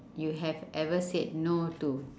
you have ever said no to